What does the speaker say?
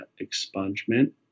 Expungement